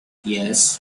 yes